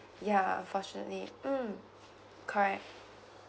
ya unfortunately mm correct